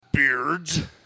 Beards